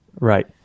Right